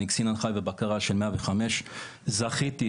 אני קצין הנחיה ובקרה של 105. זכיתי,